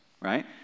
Right